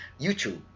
YouTube